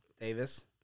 Davis